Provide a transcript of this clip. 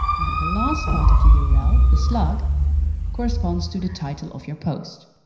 now the last part of the yeah url the slug corresponds to the title of your post.